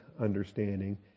understanding